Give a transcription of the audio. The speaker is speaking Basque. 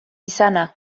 izana